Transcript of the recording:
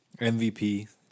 MVP